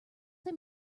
they